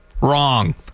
Wrong